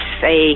say